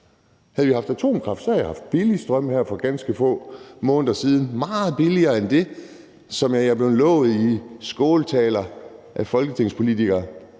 Havde vi haft atomkraft, havde jeg haft billig strøm her for ganske få måneder siden – meget billigere end det, som jeg er blevet lovet i skåltaler af folketingspolitikere